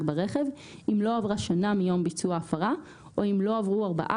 ברכב אם לא עברה שנה מיום ביצוע ההפרה או אם לא עברו ארבעה